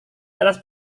atas